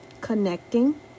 connecting